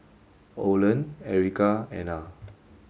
Oland Erica Ana